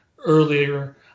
Earlier